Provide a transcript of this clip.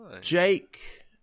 Jake